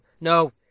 No